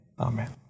Amen